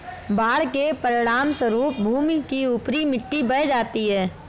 बाढ़ के परिणामस्वरूप भूमि की ऊपरी मिट्टी बह जाती है